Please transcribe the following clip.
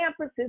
campuses